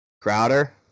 Crowder